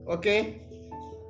Okay